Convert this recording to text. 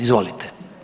Izvolite.